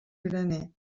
graner